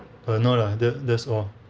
err no lah that that's all